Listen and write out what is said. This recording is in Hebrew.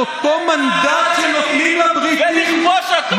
ואת אותו מנדט שנותנים בידי הבריטים,